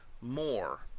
more,